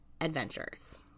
adventures